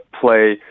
play